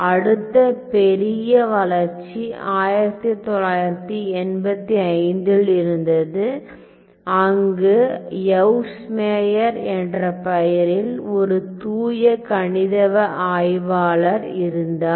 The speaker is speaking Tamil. அடுத்த பெரிய வளர்ச்சி 1985 இல் இருந்தது அங்கு யவ்ஸ் மேயர் என்ற பெயரில் ஒரு தூய கணிதவியலாளர் இருந்தார்